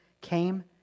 came